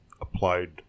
applied